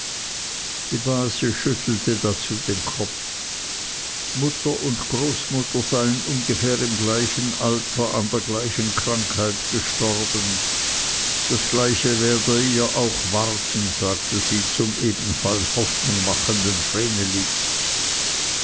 die base schüttelte dazu den kopf mutter und großmutter seien ungefähr im gleichen alter an der gleichen krankheit gestorben das gleiche werde ihr auch warten sagte sie zum ebenfalls hoffnung machenden